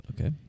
okay